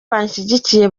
banshyigikiye